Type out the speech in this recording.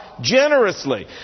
generously